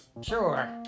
Sure